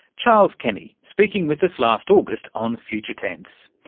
charles kenny speaking with us last august on future tense.